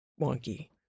wonky